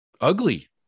ugly